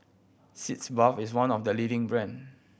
Sitz Bath is one of the leading brand